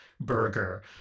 burger